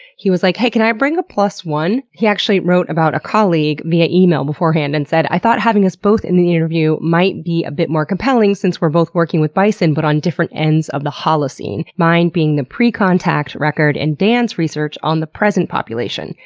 he was like, hey, can i bring a plus one? he actually wrote about a colleague via email beforehand and said, i thought having us both in the interview might be a bit more compelling since we're both working with bison, but on different ends of the holocene mine being the pre-contact record and dan's research on the present population.